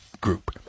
group